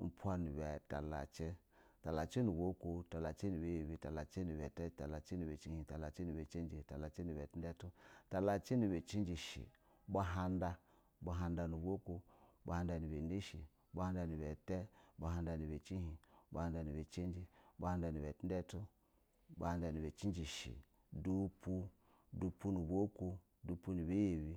upwa nu ba talacin, talalacin nu ba uko, talacin nu ba yabi, talaci, nuba, utatatu, talaci nuba nashɛe, talaci nuba ata, talaci nuba chihin, talaci nu ba cijija talaci nu ba tundatu, talacin nu ba cinjin shɛ, bu handa bu hana nu ba uko, bu handa nuba nashɛ, buhana nabata, bu handa nuba cinhin bu hand nu ba cijija, bunda nu ba tundatu, bu handa nu ba cijiji shɛ, dupu dupu nub aba uko dupu nuba ayabi.